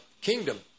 kingdom